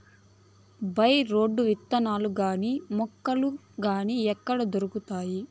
By రోడ్లు విత్తనాలు గాని మొలకలు గాని ఎక్కడ దొరుకుతాయి?